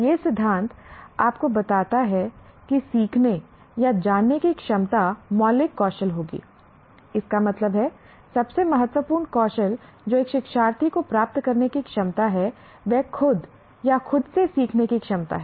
यह सिद्धांत आपको बताता है कि सीखने या जानने की क्षमता मौलिक कौशल होगी इसका मतलब है सबसे महत्वपूर्ण कौशल जो एक शिक्षार्थी को प्राप्त करने की क्षमता है वह खुद या खुद से सीखने की क्षमता है